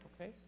Okay